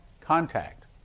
contact